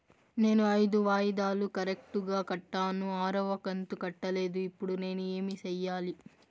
నేను ఐదు వాయిదాలు కరెక్టు గా కట్టాను, ఆరవ కంతు కట్టలేదు, ఇప్పుడు నేను ఏమి సెయ్యాలి?